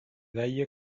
deia